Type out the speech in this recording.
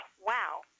Wow